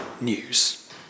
news